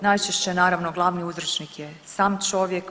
Najčešće naravno glavni uzročnik je sam čovjek.